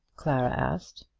clara asked.